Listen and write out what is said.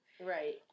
Right